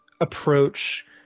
approach